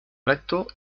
recto